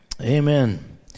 Amen